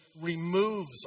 removes